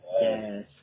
Yes